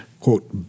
quote